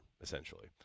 essentially